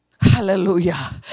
Hallelujah